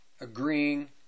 agreeing